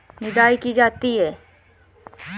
निदाई की जाती है?